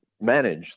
manage